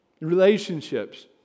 relationships